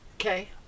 okay